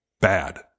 Bad